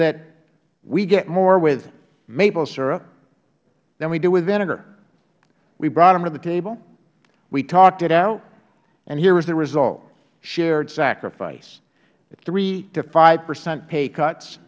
that we get more with maple syrup than we do with vinegar we brought them to the table we talked it out and here is the result shared sacrifice a three to five percent pay cut